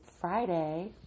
Friday